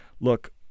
look